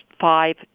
five